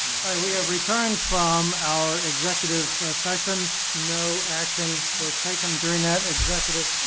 we have returned from our executive session. no action was taken during that executive